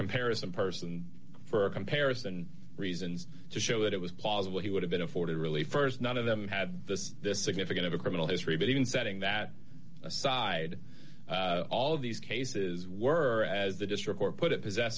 comparison person for comparison reasons to show that it was plausible he would have been afforded really st none of them had this this significant of a criminal history but even setting that aside all of these cases were as the district or put it possess